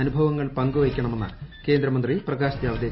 അനുഭവങ്ങൾ പങ്കു വയ്ക്കുണ്ണമെന്ന് കേന്ദ്രമന്ത്രി പ്രകാശ് ജാവദേക്കർ